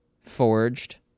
forged